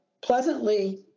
pleasantly